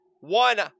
One